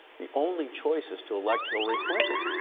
the only choice is to elect hillary clinton.